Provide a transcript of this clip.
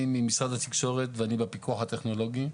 ואני בפיקוח הטכנולוגי.